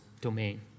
domain